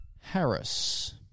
Harris